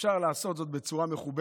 אפשר לעשות זאת בצורה מכובדת